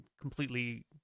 completely